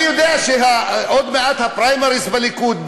אני יודע שעוד מעט הפריימריז בליכוד,